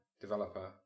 developer